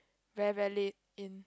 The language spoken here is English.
very very late in